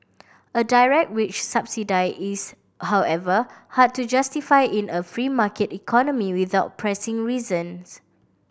a direct wage subsidy is however hard to justify in a free market economy without pressing reasons